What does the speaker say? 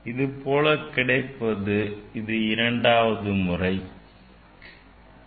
இது போல கிடைப்பது இரண்டாவது முறையாகும்